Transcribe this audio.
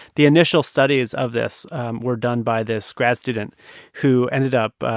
the initial studies of this were done by this grad student who ended up